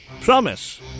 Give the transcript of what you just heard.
Promise